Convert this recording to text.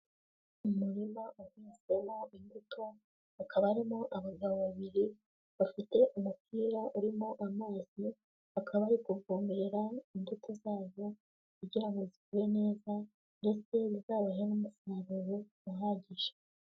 Umurima uhinzwemo imbuto, hakaba harimo abagabo babiri, bafite umupira urimo amazi, bakaba bari kuvomerera imbuto zabo, kugira ngo zikure neza, mbese bizabahe n'umusaruro uhagije.